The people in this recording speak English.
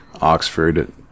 Oxford